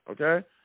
okay